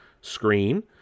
screen